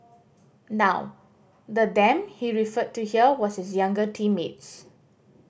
now the them he referred to here was his younger teammates